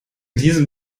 diesem